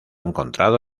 encontrado